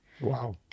Wow